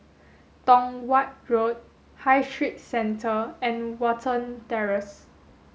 Tong Watt Road High Street Centre and Watten Terrace